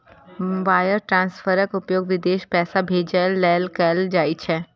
wire ट्रांसफरक उपयोग विदेश पैसा भेजै लेल कैल जाइ छै